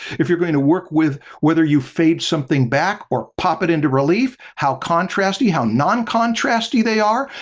if you're going to work with whether you fade something back or pop it into relief, how contrasty, how non-contrasty they are?